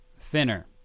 Thinner